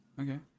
okay